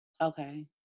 Okay